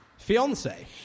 Fiance